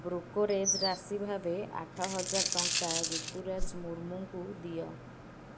brokerage ରାଶି ଭାବେ ଆଠହଜାର ଟଙ୍କା ରୁତୁରାଜ ମୁର୍ମୁଙ୍କୁ ଦିଅ